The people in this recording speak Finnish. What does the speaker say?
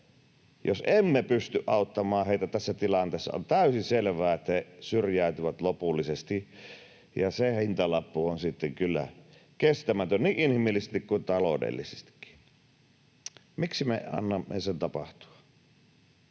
Jos emme pysty auttamaan heitä tässä tilanteessa, on täysin selvää, että he syrjäytyvät lopullisesti, ja se hintalappu on sitten kyllä kestämätön niin inhimillisesti kuin taloudellisestikin. Miksi me annamme sen tapahtua?